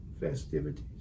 Festivities